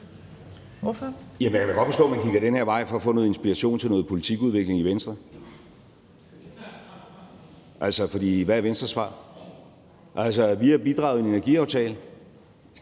hvad er Venstres svar? Altså, vi har bidraget i en energiaftale,